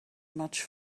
much